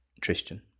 Tristan